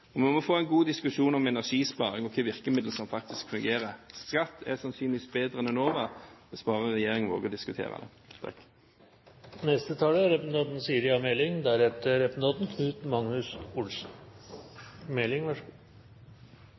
diskusjonen. Vi må få en god diskusjon om energisparing og hvilke virkemidler som faktisk fungerer. Skattestimulans er sannsynligvis bedre enn Enova, hvis bare regjeringen våger å diskutere det. Høyre er